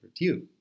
review